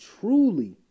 truly